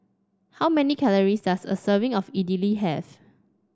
how many calories does a serving of Idili have